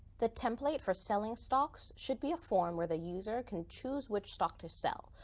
the template for selling stocks should be a form where the user can choose which stock to sell,